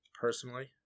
personally